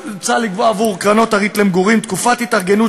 הוצע לקבוע עבור הריט למגורים תקופת התארגנות